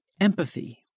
empathy